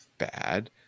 Bad